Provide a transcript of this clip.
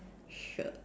sure